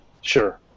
Sure